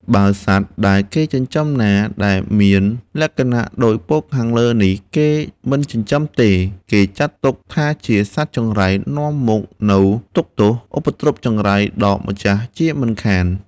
បើសត្វដែលគេចិញ្ចឹមណា ដែលមានលក្ខណៈដូចពោលខាងលើនេះ គេមិនចិញ្ចឹមទេ គេចាត់ទុកថាជាសត្វចង្រៃនាំមកនូវទុក្ខទោស ឧបទ្រពចង្រៃដល់ម្ចាស់ជាមិនខាន។